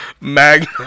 mag